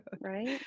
Right